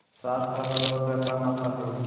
Short term loan के का मतलब हई?